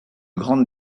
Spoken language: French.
grande